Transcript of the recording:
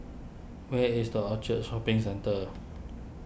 where is the Orchard Shopping Centre